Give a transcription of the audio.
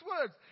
words